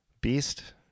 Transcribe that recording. beast